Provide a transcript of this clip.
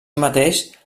mateix